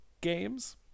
games